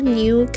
new